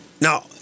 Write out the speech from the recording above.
Now